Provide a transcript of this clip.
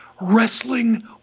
Wrestling